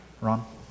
Ron